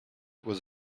was